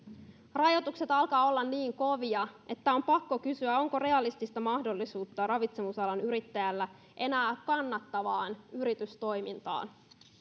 rajoitukset alkavat olla niin kovia että on pakko kysyä onko realistista mahdollisuutta ravitsemusalan yrittäjällä enää kannattavaan yritystoimintaan